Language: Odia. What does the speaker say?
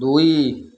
ଦୁଇ